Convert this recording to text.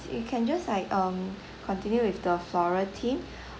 you can just like um continue with the floral theme